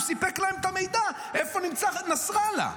הוא סיפק להם את המידע איפה נמצא נסראללה.